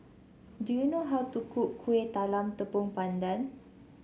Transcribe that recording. do you know how to cook Kueh Talam Tepong Pandan